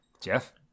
Jeff